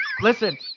Listen